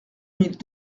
mille